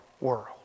world